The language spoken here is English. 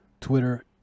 twitter